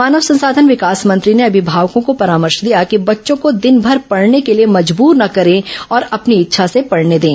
मानव संसाधन विकास मंत्री ने अभिभावकों को परामर्श दिया कि बच्चों को दिनभर पढ़ने के लिए मजबूर न करें और अपनी इच्छा से पढ़ने दें